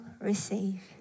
receive